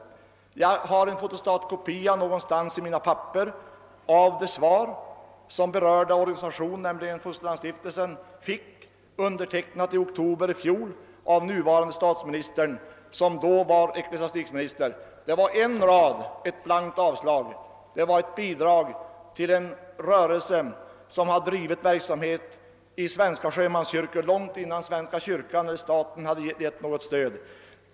Någonstans i mina papper har jag en fotostatkopia av det svar som den berörda organisationen, nämligen Evangeliska Fosterlandsstiftelsen, fick i oktober i fjol, undertecknat av nuvarande statsministern, som då var ecklesiastikminister. Svaret bestod av en rad och innebar ett blankt avslag. Det gällde ett bidrag till en rörelse som bedrivit verksamhet i svenska sjömanskyrkor långt innan svenska kyrkan eller staten hade givit något stöd.